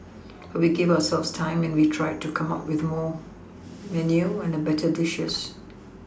but we gave ourselves time and we tried to come up with more menu and a better dishes